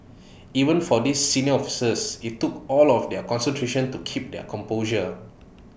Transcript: even for these senior officers IT took all of their concentration to keep their composure